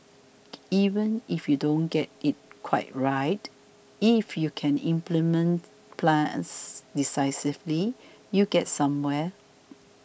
even if you don't get it quite right if you can implement plans decisively you get somewhere